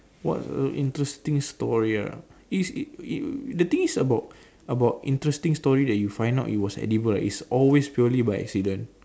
what's a interesting story ah it's the thing is about about interesting story that you find out it was edible is always purely by accident